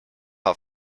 how